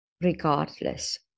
regardless